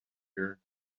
here